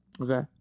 Okay